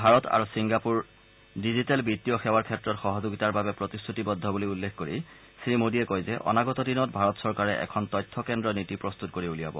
ভাৰত আৰু Singapore digital বিত্তীয় সেৱাৰ ক্ষেত্ৰত সহযোগিতাৰ বাবে প্ৰতিশ্ৰতিবদ্ধ বুলি উল্লেখ কৰি শ্ৰীমোদীয়ে কয় যে অনাগত দিনত ভাৰত চৰকাৰে এখন তথ্য কেন্দ্ৰ নীতি প্ৰস্তত কৰি উলিয়াব